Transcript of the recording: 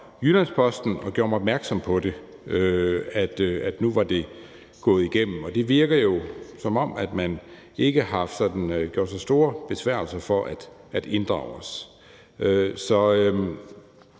Jyllands-Posten, der gjorde mig opmærksom på, at det nu var gået igennem, og det virker jo, som om man ikke sådan har gjort sig store besværgelser for at inddrage os.